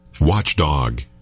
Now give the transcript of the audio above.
Watchdog